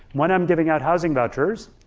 when i'm giving out housing vouchers,